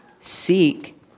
seek